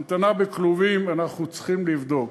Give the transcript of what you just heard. המתנה בכלובים, אנחנו צריכים לבדוק.